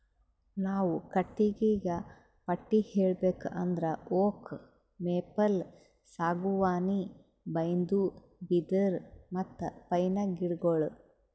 ನಾವ್ ಕಟ್ಟಿಗಿಗಾ ಪಟ್ಟಿ ಹೇಳ್ಬೇಕ್ ಅಂದ್ರ ಓಕ್, ಮೇಪಲ್, ಸಾಗುವಾನಿ, ಬೈನ್ದು, ಬಿದಿರ್, ಮತ್ತ್ ಪೈನ್ ಗಿಡಗೋಳು